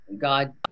God